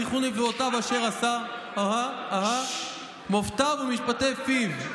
זכרו נפלאותיו אשר עשה מֹפְתיו ומשפטי פיו.